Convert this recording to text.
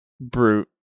Brute